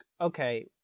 okay